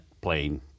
plane